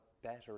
Better